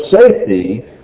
safety